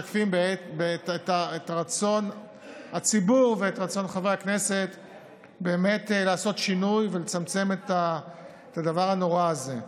ואת רצון חברי הכנסת לעשות שינוי ולצמצם את הדבר הנורא הזה.